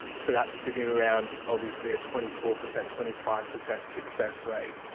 so that's sitting around obviously a twenty four percent, twenty five percent success rate.